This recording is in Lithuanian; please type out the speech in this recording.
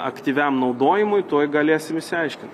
aktyviam naudojimui tuoj galėsim išsiaiškint